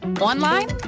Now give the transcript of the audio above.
Online